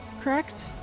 correct